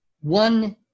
one